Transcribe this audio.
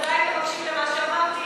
אז אולי היית מקשיב למה שאמרתי